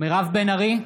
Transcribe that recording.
מירב בן ארי,